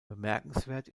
bemerkenswert